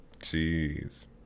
Jeez